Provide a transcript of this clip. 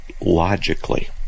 logically